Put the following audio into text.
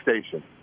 Station